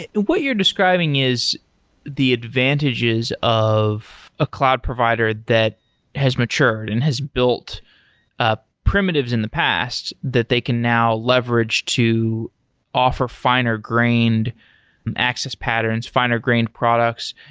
what you're describing is the advantages of a cloud provider that has matured and has built ah primitives in the past that they can now leverage to offer finer-grained access patterns, finer-grained products,